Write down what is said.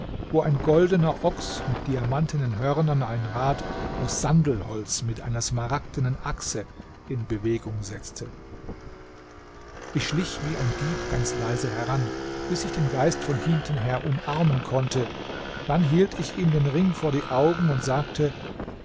wo ein goldener ochs mit diamantenen hörnern ein rad aus sandelholz mit einer smaragdenen achse in bewegung setzte ich schlich wie ein dieb ganz leise heran bis ich den geist von hinten her umarmen konnte dann hielt ich ihm den ring vor die augen und sagte